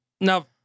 Now